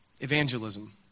evangelism